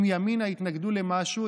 אם ימינה יתנגדו למשהו,